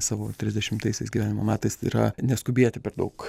savo trisdešimtaisiais gyvenimo metais tai yra neskubėti per daug